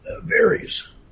varies